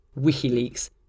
WikiLeaks